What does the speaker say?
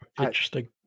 Interesting